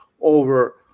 over